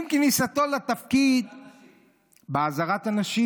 בעזרת הנשים.